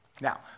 Now